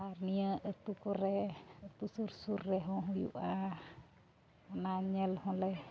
ᱟᱨ ᱱᱤᱭᱟᱹ ᱟᱛᱳ ᱠᱚᱨᱮ ᱟᱛᱳ ᱥᱩᱨ ᱥᱩᱨ ᱨᱮᱦᱚᱸ ᱦᱩᱭᱩᱜᱼᱟ ᱚᱱᱟ ᱧᱮᱞ ᱦᱚᱸᱞᱮ